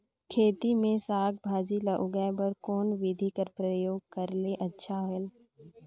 खेती मे साक भाजी ल उगाय बर कोन बिधी कर प्रयोग करले अच्छा होयल?